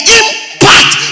impact